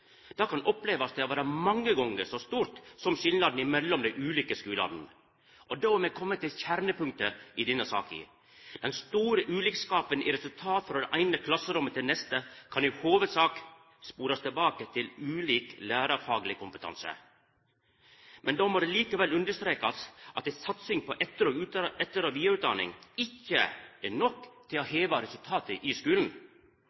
Det kan opplevast å vera mange gonger så stort som skilnaden mellom dei ulike skulane. Og då har me kome til kjernepunktet i denne saka. Den store ulikskapen i resultat frå det eine klasserommet til det neste kan i hovudsak sporast tilbake til ulik lærarfagleg kompetanse. Men då må det likevel understrekast at ei satsing på etter- og vidareutdanning ikkje er nok til å